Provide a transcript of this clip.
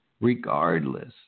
regardless